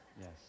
yes